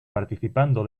participando